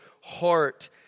heart